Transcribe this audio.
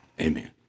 Amen